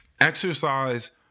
Exercise